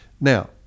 Now